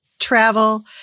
travel